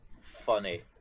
funny